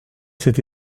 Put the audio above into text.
cette